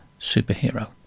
Superhero